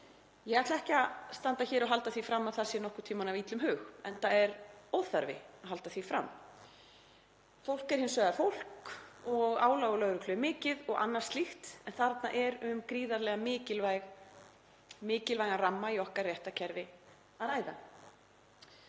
Ég ætla ekki að standa hér og halda því fram að það sé nokkurn tímann af illum hug, enda er óþarfi að halda því fram. Fólk er hins vegar fólk og álag á lögreglu er mikið og annað slíkt en þarna er um gríðarlega mikilvægan ramma í okkar réttarkerfi að ræða.